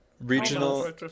regional